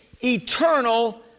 eternal